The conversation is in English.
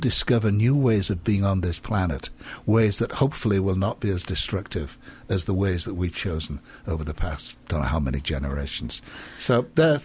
discover new ways of being on this planet ways that hopefully will not be as destructive as the ways that we've chosen over the past to how many generations